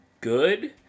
good